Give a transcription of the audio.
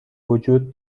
وجود